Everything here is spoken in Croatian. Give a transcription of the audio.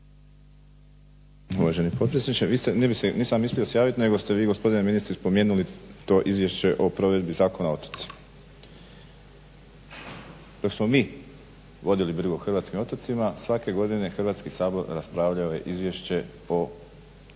Uvaženi predsjedniče, nisam se mislio javiti, nego ste vi gospodine ministre spomenuli to izvješće o provedbi Zakona o otocima. Dok smo mi vodili brigu o hrvatskim otocima svake godine Hrvatski sabor raspravljao je izvješće po provedbi